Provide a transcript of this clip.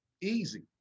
easy